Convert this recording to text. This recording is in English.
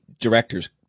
directors